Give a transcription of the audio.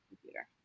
computer